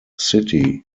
city